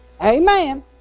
Amen